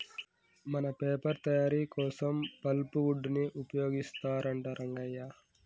మన పేపర్ తయారీ కోసం పల్ప్ వుడ్ ని ఉపయోగిస్తారంట రంగయ్య